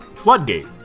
floodgate